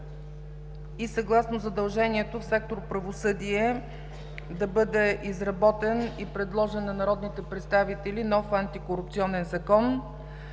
и съгласно задължението в сектор „Правосъдие“ да бъде изработен и предложен на народните представители нов Антикорупционен закон